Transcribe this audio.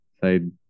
side